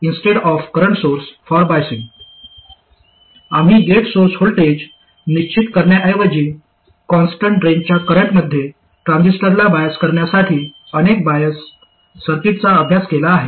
आम्ही gate source voltage निश्चित करण्याऐवजी कॉन्स्टन्ट ड्रेनच्या करंटमध्ये ट्रान्झिस्टरला बायस करण्यासाठी अनेक बायस सर्किटचा अभ्यास केला आहे